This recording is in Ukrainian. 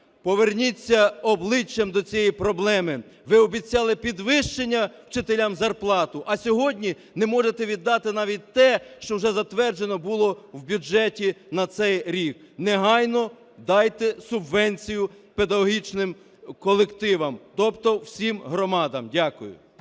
поверніться обличчям до цієї проблеми, ви обіцяли підвищити вчителям зарплати, а сьогодні не можете віддати навіть те, що вже затверджено було в бюджеті на цей рік. Негайно дайте субвенцію педагогічним колективам, тобто всім громадам. Дякую.